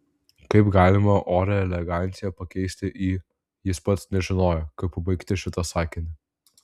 kaip galima orią eleganciją pakeisti į jis pats nežinojo kaip pabaigti šitą sakinį